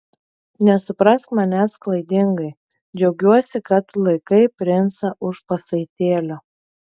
nesuprask manęs klaidingai džiaugiuosi kad laikai princą už pasaitėlio